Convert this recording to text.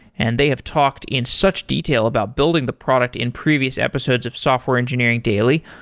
and they have talked in such detail about building the product in previous episodes of software engineering daily.